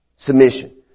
Submission